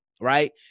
right